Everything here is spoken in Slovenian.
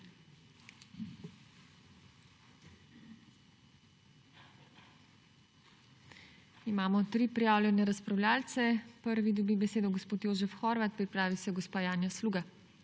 Imamo tri prijavljene razpravljavce. Prvi dobi besedo gospod Jožef Horvat, pripravi se gospa Janja Sluga.